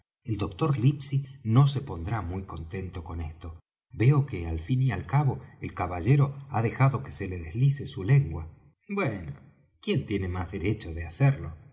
el doctor livesey no se pondrá muy contento con esto veo que al fin y al cabo el caballero ha dejado que se deslice su lengua bueno quién tiene más derecho de hacerlo